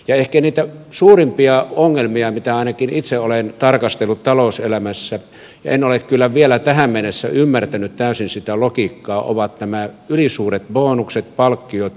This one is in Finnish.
ehkä niitä suurimpia ongelmia mitä ainakin itse olen tarkastellut talouselämässä en ole kyllä vielä tähän mennessä ymmärtänyt täysin sitä logiikkaa ovat nämä ylisuuret bonukset palkkiot ja optiot